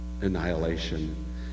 annihilation